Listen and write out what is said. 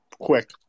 quick